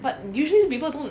but usually people don't